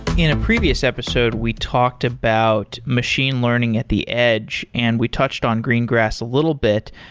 in a previous episode we talked about machine learning at the edge and we touched on greengrass a little bit.